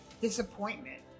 disappointment